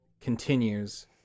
continues